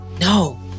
No